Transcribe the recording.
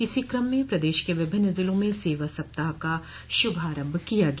इसी कम में प्रदेश के विभिन्न जिलों में सेवा सप्ताह का शूभारम्भ किया गया